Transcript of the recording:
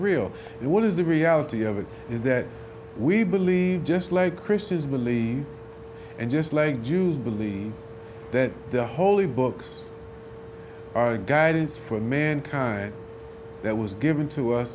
real and what is the reality of it is that we believe just like christians believe and just like jews believe that the holy books guidance for mankind that was given to us